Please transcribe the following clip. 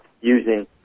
using